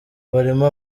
barimo